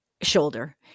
shoulder